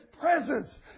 presence